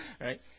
Right